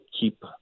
keep